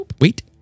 wait